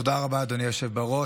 תודה רבה, אדוני היושב בראש.